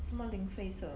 什么零费色